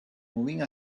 moving